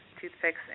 toothpicks